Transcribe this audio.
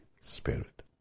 Spirit